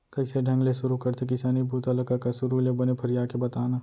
कइसे ढंग ले सुरू करथे किसानी बूता ल कका? सुरू ले बने फरिया के बता न